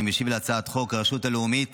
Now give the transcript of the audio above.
אני משיב להצעת חוק הרשות הלאומית